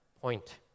point